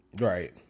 Right